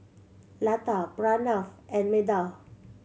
Lata Pranav and Medha